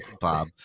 Bob